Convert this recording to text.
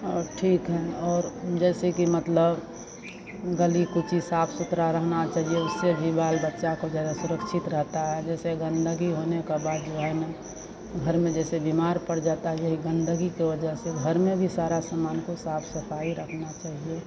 और ठीक है और जैसे कि मतलब गली कूची साफ सुथरा रहना चाहिए उससे भी बाल बच्चा को ज़्यादा सुरक्षित रहेता है जैसे गंदगी होने का बाद जो है न घर में जैसे बीमार पड़ जाता है यही गंदगी के वजह से घर में भी सारा सामान को साफ सफाई रखना चाहिए